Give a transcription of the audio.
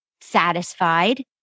satisfied